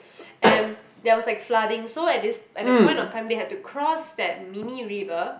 and there was like flooding so at this at the point of time they had to cross that mini river